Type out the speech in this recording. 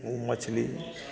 ओ मछली